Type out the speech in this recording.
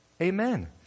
Amen